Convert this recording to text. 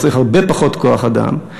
צריך הרבה פחות כוח אדם.